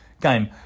game